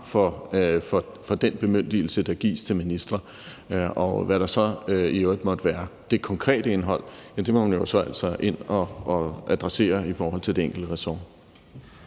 for den bemyndigelse, der gives til ministre. Og hvad der så i øvrigt måtte være det konkrete indhold, må man jo altså så ind og adressere i forhold til det enkelte ressort.